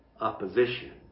opposition